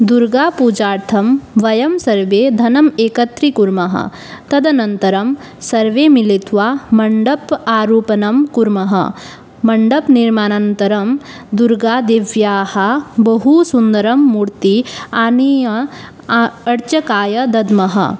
दुर्गापूजार्थं वयं सर्वे धनम् एकत्रीकुर्मः तदनन्तरं सर्वे मिलित्वा मण्डप आरोपणं कुर्मः मण्डपनिर्माणानन्तरं दुर्गादेव्याः बहुसुन्दरं मूर्तिम् आनीय अर्चकाय दद्मः